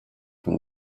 from